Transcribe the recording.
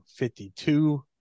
52